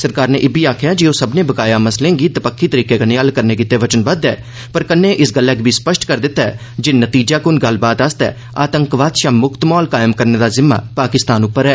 सरकार नै इब्बी आखक्षा ऐ जाओह् सब्भनें बकाया मसलें गी दपक्खी तरीका कन्नै हल करन गितै वचनबद्ध ऐ पर कन्नै इस गल्लै गी बी स्पष्ट करी दिता ऐ ज नतीजाक्न गल्लबात लई आतंकवाद शा मुक्त म्हौल कायम करन दा जिम्मा पाकिस्तान द उप्पर ऐ